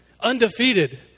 undefeated